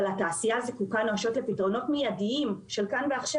אבל התעשייה זקוקה נואשות לפתרונות מידיים של כאן ועכשיו,